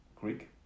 Greek